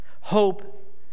Hope